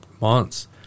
months